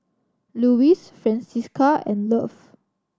Lewis Francisca and Love